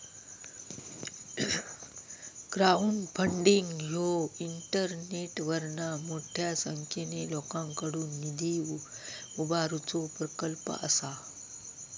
crowdfunding ह्यो इंटरनेटवरना मोठ्या संख्येन लोकांकडुन निधी उभारुचो प्रकल्प असा